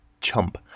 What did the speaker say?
chump